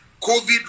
COVID